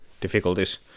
difficulties